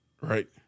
Right